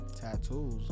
Tattoos